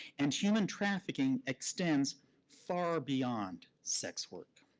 and human trafficking extends far beyond sex work.